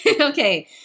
Okay